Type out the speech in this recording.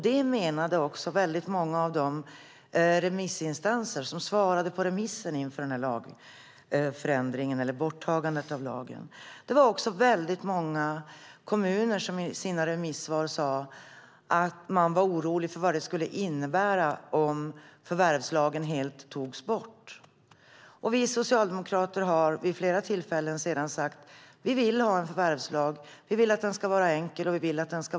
Det menade också många av de remissinstanser som svarade på remissen inför borttagandet av lagen. Många kommuner sade också i sina remissvar att man var orolig för vad det skulle innebära om förvärvslagen helt togs bort. Vi socialdemokrater har sedan vid flera tillfällen sagt att vi vill ha en förvärvslag och att vi vill att den ska vara enkel och modern.